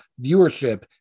viewership